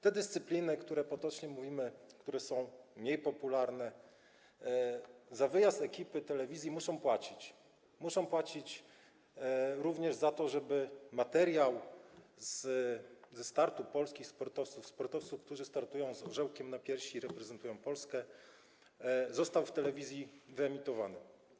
Te dyscypliny, które, jak potocznie mówimy, są mniej popularne, za wyjazd ekipy telewizji muszą płacić, muszą płacić również za to, żeby materiał ze startu polskich sportowców, sportowców, którzy występują z orzełkiem na piersi, reprezentują Polskę, został w telewizji wyemitowany.